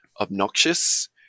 obnoxious